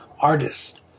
artist